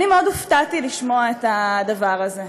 אני מאוד הופתעתי לשמוע את הדבר הזה.